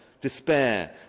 despair